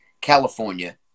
California